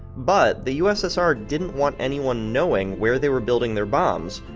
but the ussr didn't want anyone knowing where they were building their bombs.